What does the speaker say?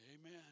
Amen